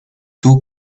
two